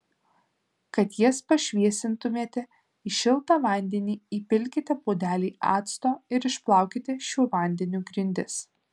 kad jas pašviesintumėte į šiltą vandenį įpilkite puodelį acto ir išplaukite šiuo vandeniu grindis